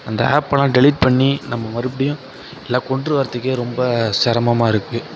அந்த ஆப்பலாம் டெலீட் பண்ணி நம்ம மறுபடியும் எல்லாக்கொண்று வரத்துக்கே ரொம்ப சிரமமா இருக்கு